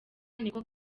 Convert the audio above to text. niko